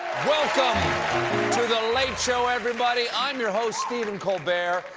welcome to the late show, everybody. i'm your host, stephen colbert.